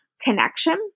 connection